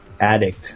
addict